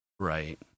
Right